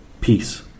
Peace